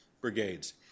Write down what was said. brigades